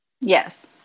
Yes